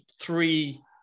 three